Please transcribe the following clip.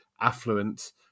affluent